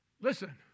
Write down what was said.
listen